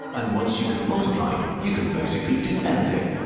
and once you can multiply, you can basically do anything.